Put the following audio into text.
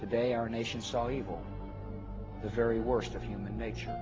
today our nation saw evil the very worst of human nature